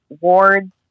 wards